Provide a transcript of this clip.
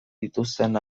dituzten